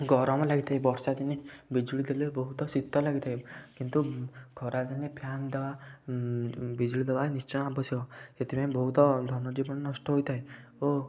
ଗରମ ଲାଗିଥାଏ ବର୍ଷାଦିନେ ବିଜୁଳି ଥିଲେ ବହୁତ ଶୀତ ଲାଗିଥାଏ କିନ୍ତୁ ଖରାଦିନେ ଫ୍ୟାନ୍ ଦେବା ବିଜୁଳି ଦେବା ନିଶ୍ଚୟ ଆବଶ୍ୟକ ସେଥିପାଇଁ ବହୁତ ଧନ ଜୀବନ ନଷ୍ଟ ହେଇଥାଏ ଓ